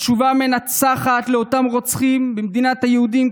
התשובה המנצחת לאותם רוצחים במדינת היהודים,